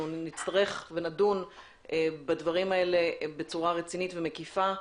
נצטרך ונדון בדברים האלה בצורה רצינית ומקיפה,